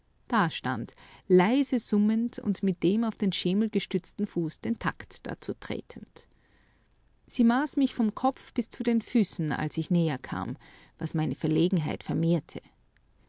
dastand leise summend und mit dem auf den schemel gestützten fuß den takt dazu tretend sie maß mich vom kopf bis zu den füßen als ich näher kam was meine verlegenheit vermehrte